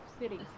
cities